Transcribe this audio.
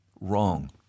Wrong